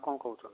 କ'ଣ କହୁଛ